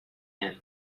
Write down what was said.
him